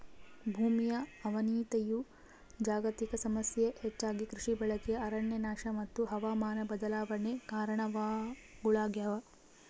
ಭೂಮಿಯ ಅವನತಿಯು ಜಾಗತಿಕ ಸಮಸ್ಯೆ ಹೆಚ್ಚಾಗಿ ಕೃಷಿ ಬಳಕೆ ಅರಣ್ಯನಾಶ ಮತ್ತು ಹವಾಮಾನ ಬದಲಾವಣೆ ಕಾರಣಗುಳಾಗ್ಯವ